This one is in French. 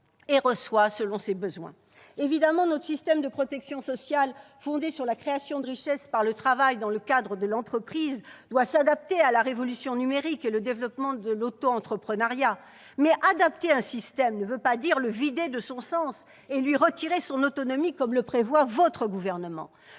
et reçoit selon ses besoins. » Évidemment, notre système de protection sociale, fondé sur la création de richesses par le travail dans le cadre de l'entreprise, doit s'adapter à la révolution numérique et au développement de l'auto-entrepreneuriat. Mais adapter un système ne veut pas dire le vider de son sens et lui retirer son autonomie, comme le prévoit le Gouvernement.